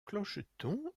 clocheton